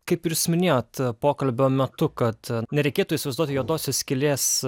kaip ir jūs minėjot pokalbio metu kad nereikėtų įsivaizduoti juodosios skylės